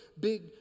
big